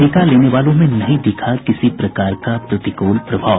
टीका लेने वालों में नहीं दिखा किसी प्रकार का प्रतिकूल प्रभाव